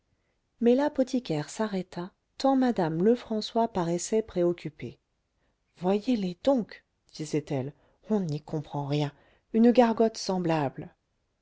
mais l'apothicaire s'arrêta tant madame lefrançois paraissait préoccupée voyez-les donc disait-elle on n'y comprend rien une gargote semblable